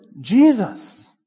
Jesus